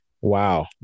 wow